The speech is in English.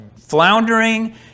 floundering